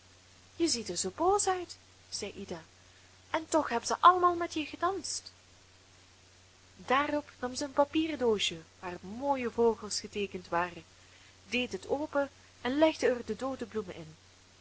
je ziet er zoo boos uit zei ida en toch hebben ze allemaal met je gedanst daarop nam zij een papieren doosje waarop mooie vogels geteekend waren deed dit open en legde er de doode bloemen in